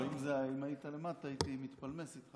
לא, אם היית למטה הייתי מתפלמס איתך.